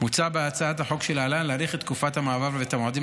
מוצע בהצעת החוק שלהלן להאריך את תקופת המעבר ואת המועדים